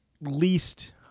least